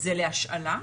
זה להשאלה.